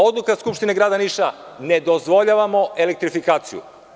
Odluka Skupštine grada Niša ne dozvoljavamo elektrifikaciju.